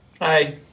Hi